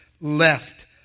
left